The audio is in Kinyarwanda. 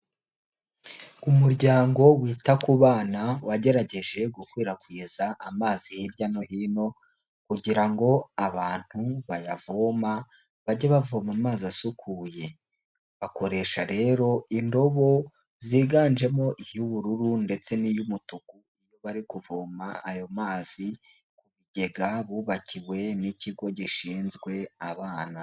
Umuryango wita ku bana wagerageje gukwirakwiza amazi hirya no hino kugira ngo abantu bayavoma bajye bavoma amazi asukuye, bakoresha rero indobo ziganjemo iyo ubururu ndetse n'iyo umutuku, bari kuvoma ayo mazi ku bigega bubakiwe n'ikigo gishinzwe abana.